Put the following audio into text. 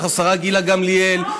השרה גילה גמליאל,